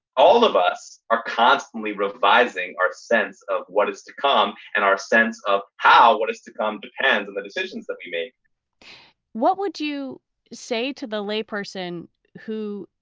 all of us are constantly revising our sense of what is to come and our sense of how what is to come depends on and the decisions that we make what would you say to the layperson who.